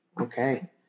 okay